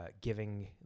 giving